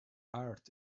art